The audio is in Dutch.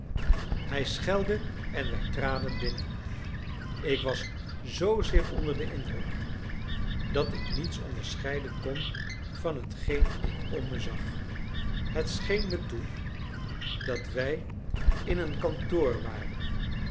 hij schelde en wij traden binnen ik was zoozeer onder den indruk dat ik niets onderscheiden kon van hetgeen ik om me zag het scheen me toe dat wij in een kantoor waren